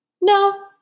No